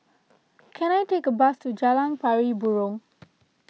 can I take a bus to Jalan Pari Burong